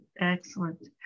Excellent